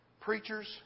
preachers